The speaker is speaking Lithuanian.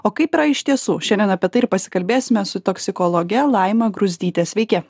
o kaip yra iš tiesų šiandien apie tai ir pasikalbėsime su toksikologe laima gruzdyte sveiki